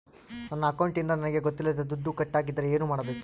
ನನ್ನ ಅಕೌಂಟಿಂದ ನನಗೆ ಗೊತ್ತಿಲ್ಲದೆ ದುಡ್ಡು ಕಟ್ಟಾಗಿದ್ದರೆ ಏನು ಮಾಡಬೇಕು?